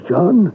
John